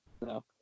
No